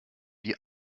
die